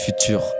Future